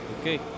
Okay